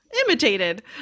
imitated